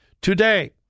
Today